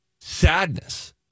sadness